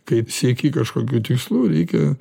kaip sieki kažkokių tikslų reikia